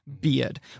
beard